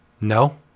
No